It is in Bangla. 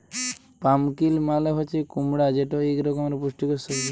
পাম্পকিল মালে হছে কুমড়া যেট ইক রকমের পুষ্টিকর সবজি